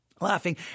laughing